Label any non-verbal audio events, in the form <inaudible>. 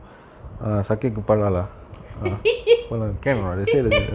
<laughs>